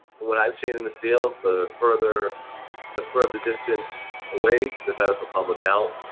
what i've seen in the field, the further the further distance away, the better for public health.